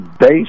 base